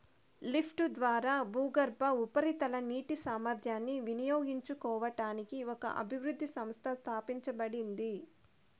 లిఫ్ట్ల ద్వారా భూగర్భ, ఉపరితల నీటి సామర్థ్యాన్ని వినియోగించుకోవడానికి ఒక అభివృద్ధి సంస్థ స్థాపించబడింది